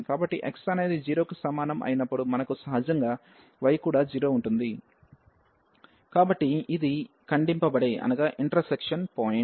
కాబట్టి x అనేది 0 కి సమానం అయినప్పుడు మనకు సహజంగా y కూడా 0 ఉంటుంది కాబట్టి ఇది ఖండింపబడే బిందువు